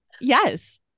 Yes